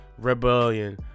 rebellion